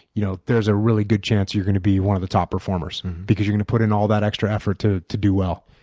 you know there's a really good chance you're going to be one of the top performers. because you're going to put in all that extra effort to to do well.